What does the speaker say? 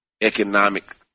economic